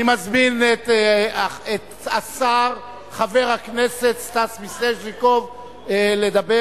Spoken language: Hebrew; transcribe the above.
אני מזמין את השר חבר הכנסת סטס מיסז'ניקוב לדבר.